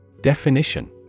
Definition